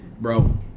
bro